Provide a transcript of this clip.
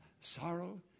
sorrow